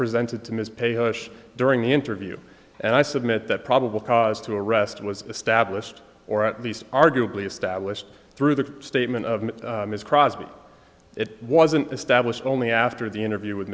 presented to ms paid during the interview and i submit that probable cause to arrest was established or at least arguably established through the statement of ms crosby it was an established only after the interview with